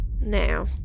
Now